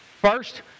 First